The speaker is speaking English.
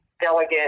delegate